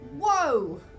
Whoa